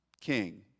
king